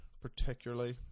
particularly